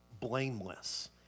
blameless